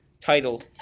title